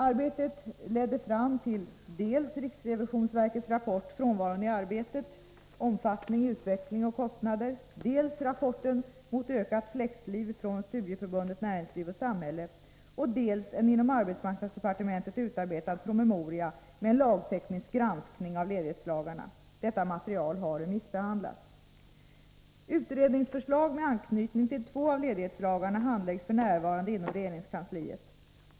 Arbetet ledde fram till dels riksrevisionsverkets rapport, Frånvaron i arbetet — omfattning, utveckling och kostnader, dels rapporten Mot ökat flexliv från Studieförbundet Näringsliv och Samhälle, dels en inom arbetsmarknadsdepartementet utarbetad promemoria med en lagteknisk granskning av ledighetslagarna. Detta material har remissbehandlats. Utredningsförslag med anknytning till två av ledighetslagarna handläggs f. n. inom regeringskansliet.